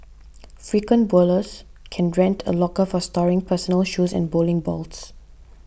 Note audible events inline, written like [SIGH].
[NOISE] frequent bowlers can rent a locker for storing personal shoes and bowling balls